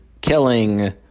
killing